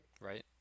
right